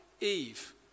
Eve